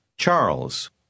Charles